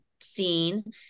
seen